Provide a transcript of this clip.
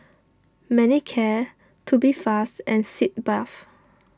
Manicare Tubifast and Sitz Bath